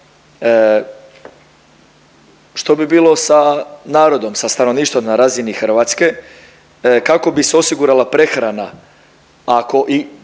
što bi bilo sa narodom, sa stanovništvom na razini Hrvatske? Kako bi se osigurala prehrana ako i